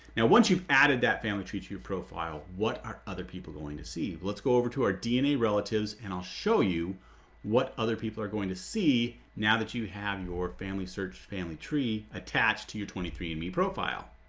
now once you've added that family tree to your profile what are other people going to see? but let's go over to our dna relatives and i'll show you what other people are going to see now that you have your family searched family tree attached to your twenty three andme profile.